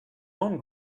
own